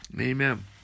Amen